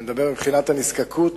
אני מדבר מבחינת הנזקקות,